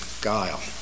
guile